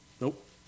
Nope